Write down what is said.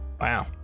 Wow